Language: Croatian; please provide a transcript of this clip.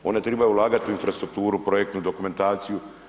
Oni trebaju ulagati u infrastrukturu, projektnu dokumentaciju.